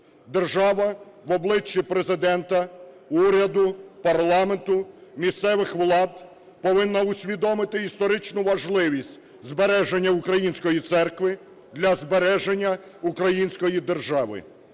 Держава в обличчі Президента, уряду, парламенту, місцевих влад повинна усвідомити історичну важливість збереження Української церкви для збереження української держави.